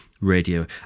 radio